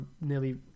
nearly